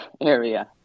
area